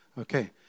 Okay